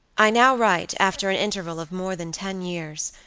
i now write, after an interval of more than ten years,